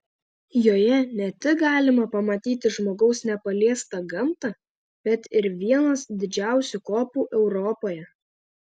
joje ne tik galima pamatyti žmogaus nepaliestą gamtą bet ir vienas didžiausių kopų europoje